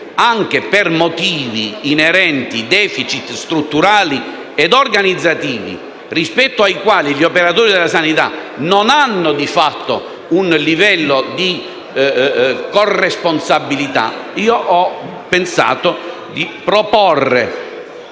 anche per motivi inerenti a *deficit* strutturali e organizzativi rispetto ai quali gli operatori della sanità non hanno di fatto un livello di corresponsabilità, ho pensato di proporre,